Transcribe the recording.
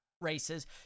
races